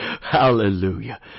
Hallelujah